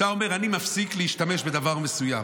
אתה אומר: אני מפסיק להשתמש בדבר מסוים.